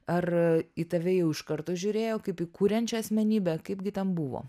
ar į tave jau iš karto žiūrėjo kaip į kuriančią asmenybę kaipgi ten buvo